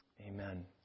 Amen